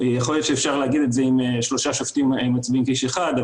יכול להיות שאפשר להגיד את זה אם שלושה שופטים מצביעים כאיש אחד,